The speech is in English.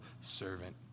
servant